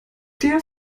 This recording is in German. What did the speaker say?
der